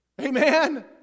Amen